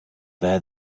there